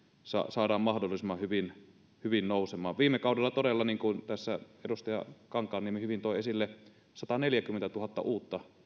saadaan mahdollisimman hyvin hyvin nousemaan niin kuin tässä edustaja kankaanniemi hyvin toi esille viime kaudella todella sataneljäkymmentätuhatta uutta